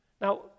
Now